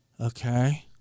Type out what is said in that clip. okay